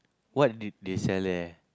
what did they sell there